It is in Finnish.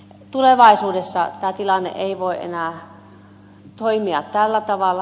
tulevaisuudessa tämä tilanne ei voi enää toimia tällä tavalla